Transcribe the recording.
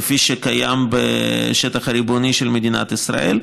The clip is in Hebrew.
כפי שקיים בשטח הריבוני של מדינת ישראל.